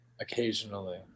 occasionally